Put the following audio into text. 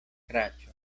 kraĉu